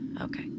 Okay